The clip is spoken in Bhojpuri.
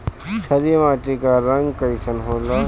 क्षारीय मीट्टी क रंग कइसन होला?